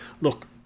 Look